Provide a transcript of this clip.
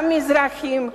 גם במזרחים,